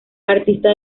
artista